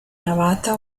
navata